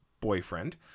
boyfriend